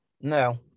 No